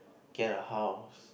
get a house